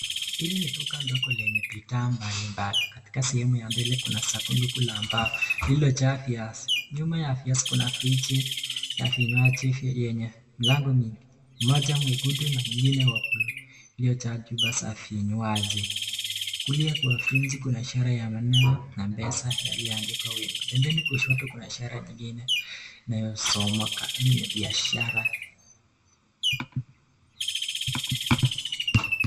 Hili ni duka ndogo lenye bidhaa mbali mbali katika sehemu ya mbele kuna saduku la bao lilojaa viazi ,nyuma ya viazi kuna friji ya vinywaji yenye milango mingi moja mwekundu na mwingine wa bluu iliyojaa chupa za vinywaji , kulia kwa friji kuna ishara ya maneno na pesa yaliyoandikwa wima, pembeni kushoto kuna ishara nyingine inayosomeka hii ni biashara.